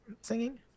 Singing